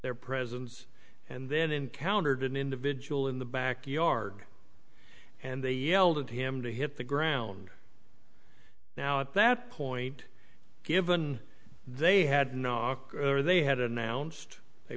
their presence and then encountered an individual in the back yard and they yelled at him to hit the ground now at that point given they had knocked they had announced they